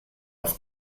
auf